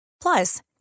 Plus